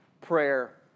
prayer